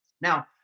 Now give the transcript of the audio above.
Now